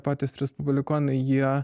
patys respublikonai jie